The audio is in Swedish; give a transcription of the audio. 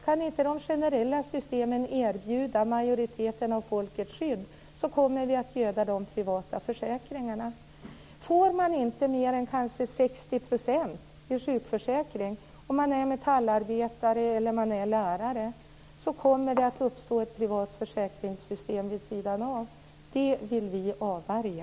Kan inte de generella systemen erbjuda majoriteten av folket skydd kommer vi att göda de privata försäkringarna. Får man inte mer än kanske 60 % av lönen i sjukförsäkringen om man är metallarbetare eller lärare kommer det att uppstå ett privat försäkringssystem vid sidan av. Det vill vi avvärja.